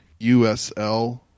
USL